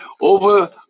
over